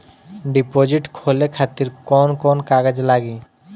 Deposit खोले खातिर कौन कौन कागज लागी?